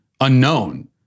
unknown